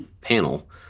panel